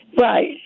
Right